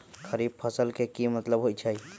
खरीफ फसल के की मतलब होइ छइ?